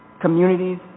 communities